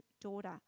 daughter